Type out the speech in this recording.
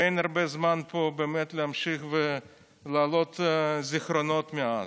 ואין הרבה זמן פה באמת להמשיך להעלות זיכרונות מאז,